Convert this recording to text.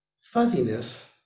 fuzziness